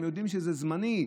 הם יודעים שזה זמני.